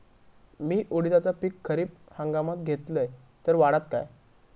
मी उडीदाचा पीक खरीप हंगामात घेतलय तर वाढात काय?